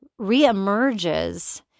reemerges